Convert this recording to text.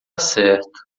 certo